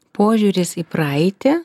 požiūris į praeitį